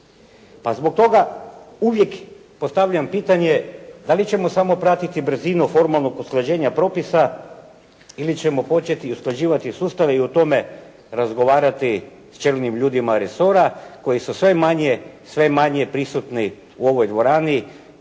Pa zbog toga uvijek postavljam pitanje da li ćemo samo pratiti brzinu formalnog usklađenja propisa ili ćemo početi usklađivati sustave i o tome razgovarati s čelnim ljudima resora koji su sve manje prisutni u ovoj dvorani.